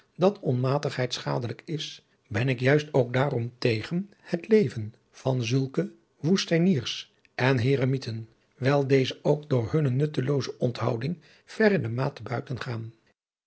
dat onmatigheid schadelijk is ben ik juist ook daarom tegen het leven van zulke woestijniers en heremieten wijl deze ook door hunne nuttelooze onthouding verre de maat te buiten gaan